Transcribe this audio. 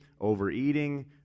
overeating